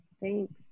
thanks